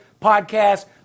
Podcast